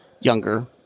younger